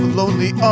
lonely